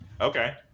Okay